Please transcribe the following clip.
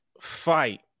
fight